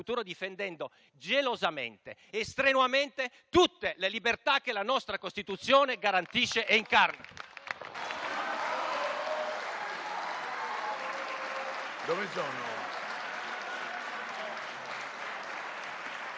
difendendo gelosamente e strenuamente tutte le libertà che la nostra Costituzione garantisce e incarna.